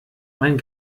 mein